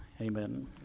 Amen